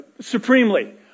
supremely